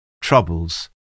Troubles